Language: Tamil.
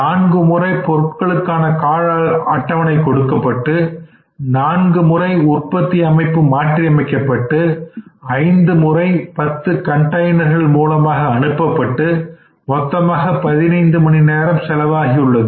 நான்கு முறை பொருள்களுக்கான கால அட்டவணை கொடுக்கப்பட்டு நான்கு முறை உற்பத்தியமைப்பு மாற்றியமைக்கப்பட்டு ஐந்து முறை 10 கண்டைனர்கள் மூலமாக அனுப்பப்பட்டு மொத்தமாக 15 மணிநேரம் செலவாகியுள்ளது